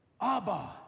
Abba